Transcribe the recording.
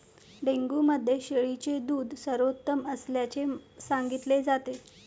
dengue मध्ये शेळीचे दूध सर्वोत्तम असल्याचे सांगितले जाते